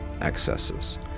excesses